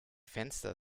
fenster